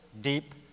deep